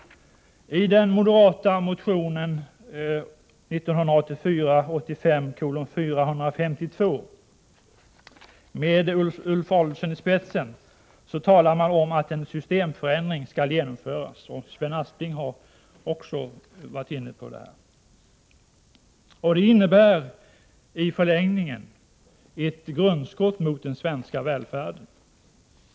I den moderata motionen 1984/85:452 med Ulf Adelsohn i spetsen talar man om att en systemförändring skall genomföras. Även Sven Aspling har varit inne på den frågan. Det innebär i förlängningen ett grundskott mot den svenska välfärden.